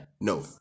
No